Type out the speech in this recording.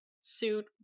suit